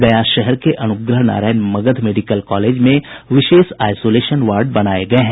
गया शहर के अनुग्रह नारायण मगध मेडिकल कॉलेज में विशेष आईसोलेशन वार्ड बनाये गये हैं